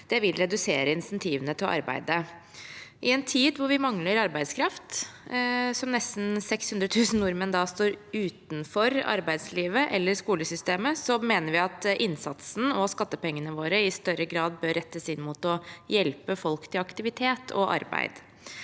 vil redusere insentivene til å arbeide. I en tid hvor vi mangler arbeidskraft – nesten 600 000 nordmenn står utenfor arbeidslivet eller skolesystemet – mener vi at innsatsen og skattepengene våre i større grad bør rettes inn mot å hjelpe folk til aktivitet og arbeid.